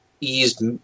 eased